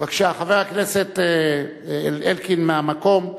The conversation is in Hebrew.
בבקשה, חבר הכנסת זאב אלקין, מהמקום.